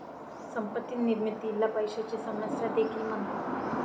संपत्ती निर्मितीला पैशाची समस्या देखील म्हणतात